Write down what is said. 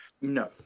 No